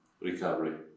Recovery